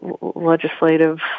legislative